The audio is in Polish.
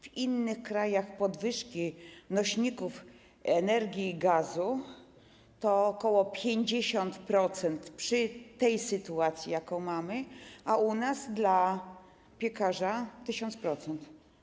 W innych krajach podwyżki cen nośników energii i gazu to ok. 50% w tej sytuacji, jaką mamy, a u nas dla piekarza 1000%.